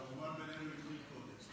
אבל הרומן בינינו התחיל קודם.